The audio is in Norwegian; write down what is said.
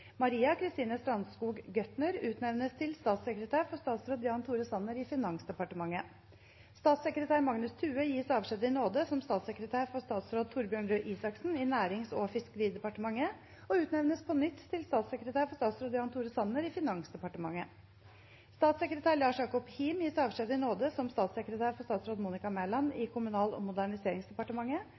Maria Kristine Strandskog Göthner utnevnes til statssekretær for statsråd Jan Tore Sanner i Finansdepartementet. Statssekretær Magnus Thue gis avskjed i nåde som statssekretær for statsråd Torbjørn Røe Isaksen i Nærings- og fiskeridepartementet og utnevnes på nytt til statssekretær for statsråd Jan Tore Sanner i Finansdepartementet. Statssekretær Lars Jacob Hiim gis avskjed i nåde som statssekretær for statsråd Monica Mæland i Kommunal- og moderniseringsdepartementet